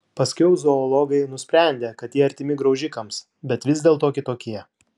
paskiau zoologai nusprendė kad jie artimi graužikams bet vis dėlto kitokie